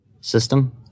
system